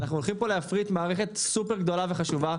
אנחנו הולכים להפריט פה מערכת גדולה מאוד וחשובה.